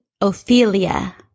Ophelia